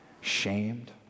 shamed